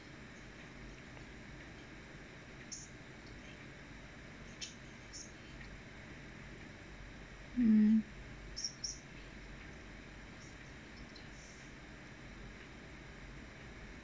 mm